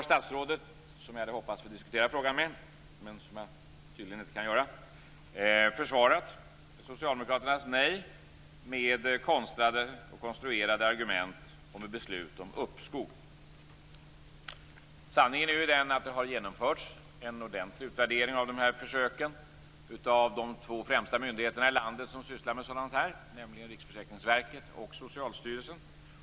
Statsrådet - som jag hade hoppats att få diskutera den frågan med - har försvarat socialdemokraternas nej med konstlade och konstruerade argument om ett beslut om uppskov. Sanningen är att det har genomförts en ordentlig utvärdering av dessa försök. Utvärderingen har gjorts av de två främsta myndigheterna som sysslar med sådant här, nämligen Riksförsäkringsverket och Socialstyrelsen.